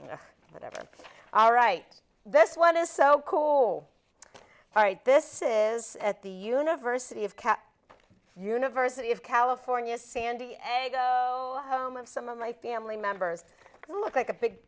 you know whatever all right this one is so cool right this is at the university of cat university of california san diego have some of my family members look like a big